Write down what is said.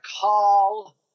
call